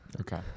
Okay